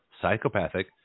psychopathic